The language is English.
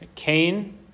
Cain